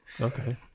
Okay